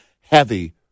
heavy